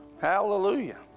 Hallelujah